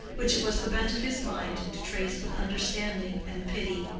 which it was the bent of his mind to trace with understanding and pity.